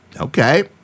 Okay